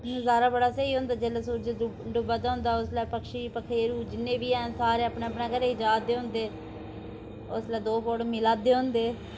नजारा बड़ा स्हेई होंदा जेल्लै सूरज डू डुब्बा दा होंदा उसलै पक्षी पखेरू जिन्ने बी हैन सारे अपने अपने घरै गी जा दे होंदे उसलै दो पुड़ मिलै दे होंदे